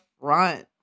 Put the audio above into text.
front